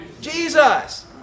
Jesus